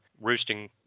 roosting